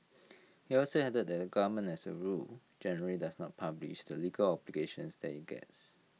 he also added that the government as A rule generally does not publish the legal that IT gets